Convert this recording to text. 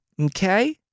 Okay